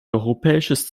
europäisches